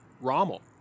Rommel